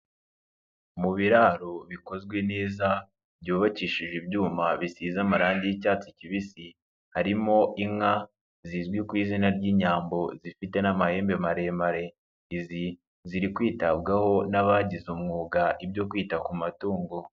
Mu biraro bikozwe neza, byubakishije ibyuma bisize amarange y'icyatsi kibisi, harimo inka zizwi ku izina ry'Inyambo zifite n'amahembe maremare, izi ziri kwitabwaho n'abagize umwuga ibyo kwita ku matungo.